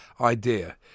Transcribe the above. idea